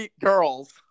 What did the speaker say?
girls